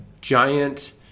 giant